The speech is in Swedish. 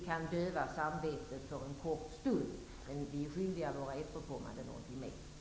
Det dövar samvetet för en kort stund. Men vi är skyldiga våra efterkommande något mer.